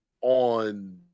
on